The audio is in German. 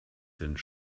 sind